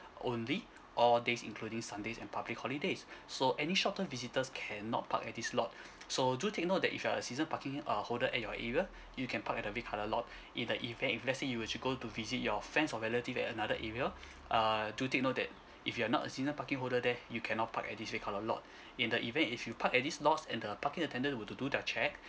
only all days including sundays and public holidays so any short term visitors cannot park at this lot so do take note that if you're a season parking uh holder at your area you can park at every colour lot in the event if let's say you were to go to visit your friends or relative at another area uh do take note that if you're not a season parking holder there you cannot park at this red colour lot in the event if you park at these lots and the parking attendant were to do their check